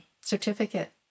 certificate